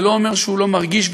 זה לא אומר שהוא לא מרגיש,